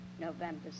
November